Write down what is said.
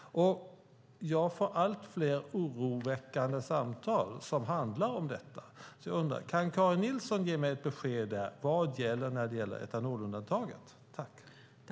Jag får allt fler oroväckande samtal som handlar om detta. Kan Karin Nilsson ge mig ett besked? Vad gäller för etanolundantaget?